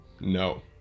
No